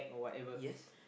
yes